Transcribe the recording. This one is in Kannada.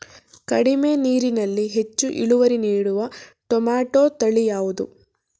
ಕಡಿಮೆ ನೀರಿನಲ್ಲಿ ಹೆಚ್ಚು ಇಳುವರಿ ನೀಡುವ ಟೊಮ್ಯಾಟೋ ತಳಿ ಯಾವುದು?